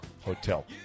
hotel